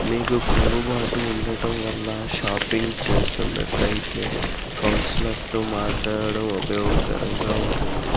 మీకు క్రుంగుబాటు ఉండటం వల్ల షాపింగ్ చేస్తున్నట్లయితే కౌన్సిలర్తో మాట్లాడటం ఉపయోగకరంగా ఉంటుంది